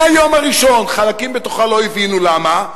מהיום הראשון חלקים בתוכה לא הבינו למה,